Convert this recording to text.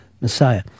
messiah